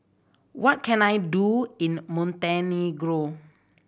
what can I do in Montenegro